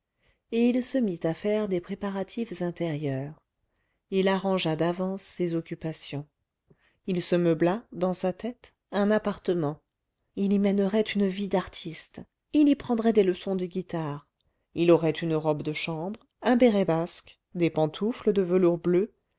et il se mit à faire des préparatifs intérieurs il arrangea d'avance ses occupations il se meubla dans sa tête un appartement il y mènerait une vie d'artiste il y prendrait des leçons de guitare il aurait une robe de chambre un béret basque des pantoufles de velours bleu